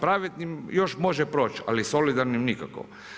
Pravednim još može proći, ali solidarnim nikako.